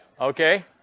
Okay